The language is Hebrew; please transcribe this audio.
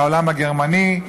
העולם הגרמני,